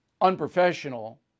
unprofessional